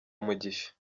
umugisha